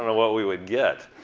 what we would get.